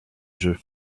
jeux